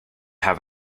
have